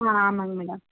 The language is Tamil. ஆ ஆமாங்க மேடம்